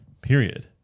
Period